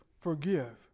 Forgive